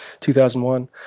2001